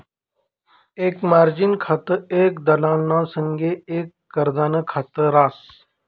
एक मार्जिन खातं एक दलालना संगे एक कर्जनं खात रास